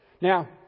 Now